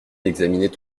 d’examiner